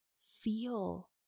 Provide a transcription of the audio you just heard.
feel